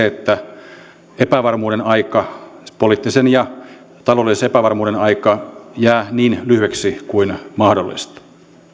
että epävarmuuden aika poliittisen ja taloudellisen epävarmuuden aika jää niin lyhyeksi kuin mahdollista